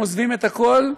הם עוזבים את הכול,